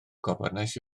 gofynnais